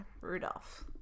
Rudolph